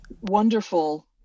wonderful